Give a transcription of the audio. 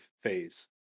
phase